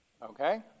Okay